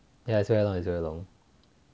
ya its very long its very long